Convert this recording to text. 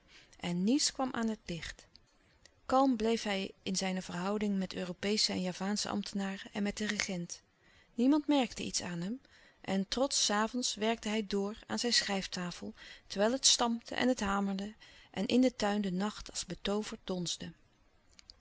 en niets kwam aan het licht kalm bleef hij in zijne verhouding met europeesche en javaansche ambtenaren en met den regent niemand merkte iets louis couperus de stille kracht aan hem en trotsch s avonds werkte hij door aan zijn schrijftafel terwijl het stampte en het hamerde en in den tuin de nacht als betooverd donsde